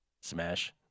Smash